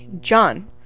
john